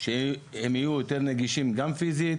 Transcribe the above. לתושבים שהם יהיו יותר נגישים גם פיסית,